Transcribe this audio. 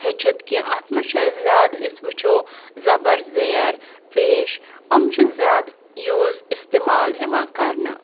ہیٚچھِتھ کیٚنٛہہ اَتھ مَنٛز چھُ اَسہِ زیادٕ أسۍ وٕچھو زَبَر زیر پیش یِم چھِ زیادٕ یوٗز اِستعمال یِوان کَرنہٕ